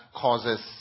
causes